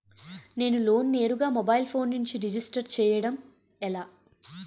నేను లోన్ నేరుగా mobile phone నుంచి రిజిస్టర్ చేయండి ఎలా?